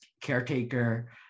caretaker